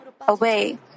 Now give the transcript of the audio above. away